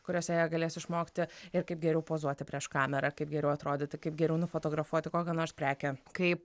kuriose jie galės išmokti ir kaip geriau pozuoti prieš kamerą kaip geriau atrodyti kaip geriau nufotografuoti kokią nors prekę kaip